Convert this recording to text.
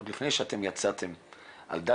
עוד לפני שאתם יצאתם בזה.